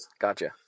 Gotcha